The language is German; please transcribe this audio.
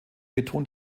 betont